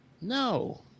No